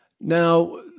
Now